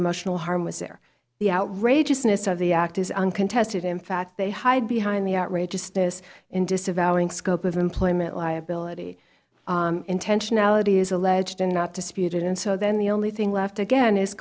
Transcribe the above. emotional harm was there the outrageousness of the act is uncontested in fact they hide behind the outrageousness in disavowing scope of employment liability intentionality is alleged and not disputed and so then the only thing left again is